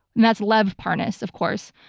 and that's lev parnas of course.